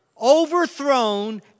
overthrown